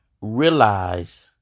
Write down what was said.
realize